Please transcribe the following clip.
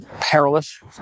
perilous